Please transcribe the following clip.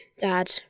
dad